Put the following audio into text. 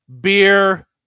Beer